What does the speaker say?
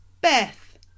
Beth